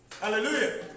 Hallelujah